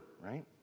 right